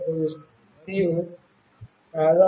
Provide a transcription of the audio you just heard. మరియు సాధారణ పరిధి 10 మీటర్లు